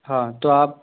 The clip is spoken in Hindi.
हाँ तो आप